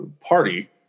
party